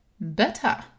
Better